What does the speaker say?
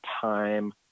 time